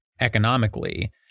economically